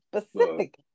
specific